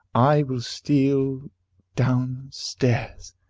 i will steal down stairs,